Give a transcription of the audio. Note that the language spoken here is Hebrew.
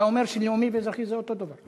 אתה אומר שלאומי ואזרחי זה אותו דבר.